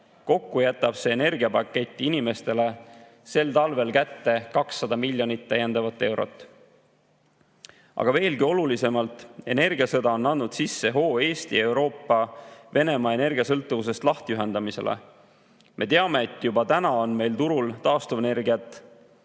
Kokku jätab see energiapakett inimestele sel talvel kätte 200 miljonit täiendavat eurot. Aga veelgi olulisemalt on energiasõda andnud sisse hoo Eesti ja Euroopa Venemaa energiasõltuvusest lahtiühendamisele. Me teame, et juba täna on turul taastuvenergiat,